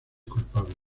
culpable